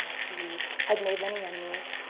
ah he had made many enemies.